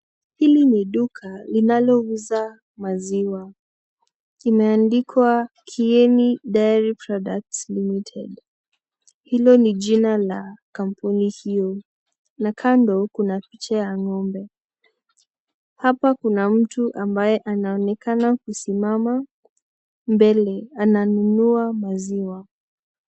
Hili ni duka linalouza maziwa imeandikwa Kieni Dairy Products Limited , hilo ni jina la kampuni hio na kando kuna picha ya ng'ombe .Hapa kuna mtu ambaye anaonekana kusimama mbele ananunua maziwa .